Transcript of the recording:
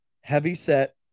heavy-set